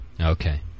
okay